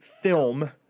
film